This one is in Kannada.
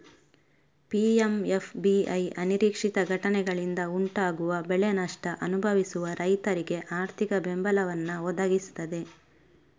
ಪಿ.ಎಂ.ಎಫ್.ಬಿ.ವೈ ಅನಿರೀಕ್ಷಿತ ಘಟನೆಗಳಿಂದ ಉಂಟಾಗುವ ಬೆಳೆ ನಷ್ಟ ಅನುಭವಿಸುವ ರೈತರಿಗೆ ಆರ್ಥಿಕ ಬೆಂಬಲವನ್ನ ಒದಗಿಸ್ತದೆ